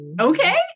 okay